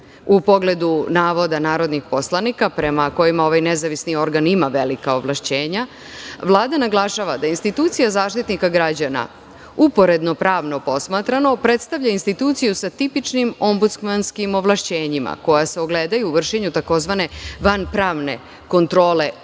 U pogledu navoda narodnih poslanika prema kojima ovaj nezavisni organ ima velika ovlašćenja, Vlada naglašava da institucija Zaštitnika građana, uporedno pravno posmatrano, predstavlja instituciju sa tipičnim ombudsmanskim ovlašćenjima koja se ogledaju u vršenju tzv. vanpravne kontrole uprave